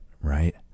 right